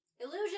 Illusion